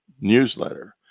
newsletter